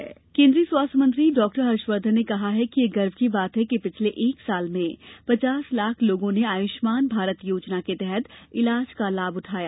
आयुष्मान केन्द्रीय स्वास्थ्य मंत्री डॉक्टर हर्षवर्धन ने कहा है कि यह गर्व की बात है कि पिछले एक वर्ष में पचास लाख लोगों ने आयुष्मान भारत योजना के तहत इलाज का लाभ उठाया